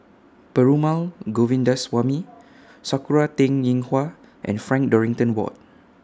Perumal Govindaswamy Sakura Teng Ying Hua and Frank Dorrington Ward